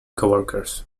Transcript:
coworkers